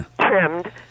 trimmed